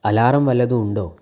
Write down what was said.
alarm വല്ലതും ഉണ്ടോ